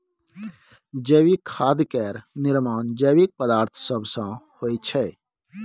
जैविक खाद केर निर्माण जैविक पदार्थ सब सँ होइ छै